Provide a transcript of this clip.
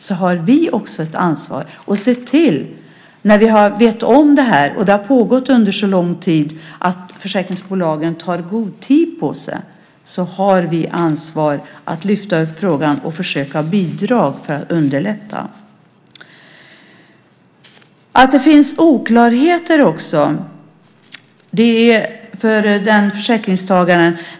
Men när vi vet om det här och det har pågått under så lång tid, att försäkringsbolagen tar god tid på sig, har vi naturligtvis också ett ansvar att lyfta upp frågan och försöka bidra till att underlätta. Det finns också oklarheter för försäkringstagaren.